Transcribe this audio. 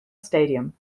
stadium